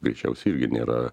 greičiausiai irgi nėra